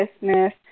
business